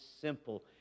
simple